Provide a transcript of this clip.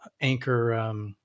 anchor, –